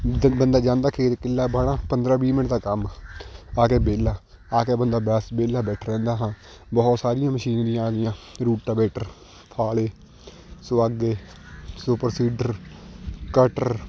ਜ ਬੰਦਾ ਜਾਂਦਾ ਖੇਤ ਕਿੱਲਾ ਵਾਹੁਣਾ ਪੰਦਰਾਂ ਵੀਹ ਮਿੰਟ ਦਾ ਕੰਮ ਆ ਕੇ ਵਿਹਲਾ ਆ ਕੇ ਬੰਦਾ ਬਸ ਵਿਹਲਾ ਬੈਠਾ ਰਹਿੰਦਾ ਹਾਂ ਬਹੁਤ ਸਾਰੀਆਂ ਮਸ਼ੀਨਰੀਆਂ ਆ ਗਈਆਂ ਰੂਟਾਵੇਟਰ ਫਾਲ਼ੇ ਸੁਹਾਗੇ ਸੁਪਰਸੀਡਰ ਕੱਟਰ